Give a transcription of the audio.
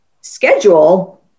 schedule